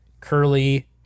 Curly